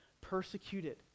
persecuted